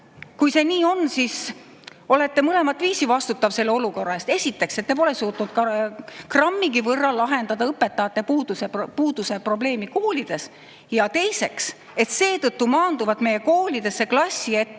Kui see nii on, olete mõlemat viisi vastutav selle olukorra eest. Esiteks, et te pole suutnud grammigi võrra lahendada õpetajate puuduse probleemi koolides. Ja teiseks, et seetõttu maanduvad meie koolidesse klassi ette